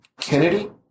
Kennedy